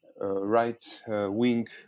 right-wing